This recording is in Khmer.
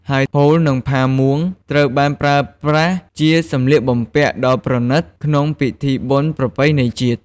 ហើយហូល និងផាមួង ត្រូវបានប្រើប្រាស់ជាសំលៀកបំពាក់ដ៏ប្រណិតក្នុងពិធីបុណ្យប្រពៃណីជាតិ។